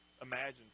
Imagine